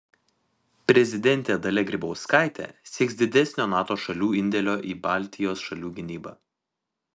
prezidentė dalia grybauskaitė sieks didesnio nato šalių indėlio į baltijos šalių gynybą